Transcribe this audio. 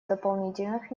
дополнительных